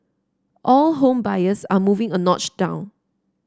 all home buyers are moving a notch down